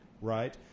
Right